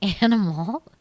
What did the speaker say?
animal